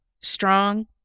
strong